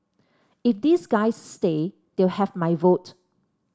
if these guys stay they'll have my vote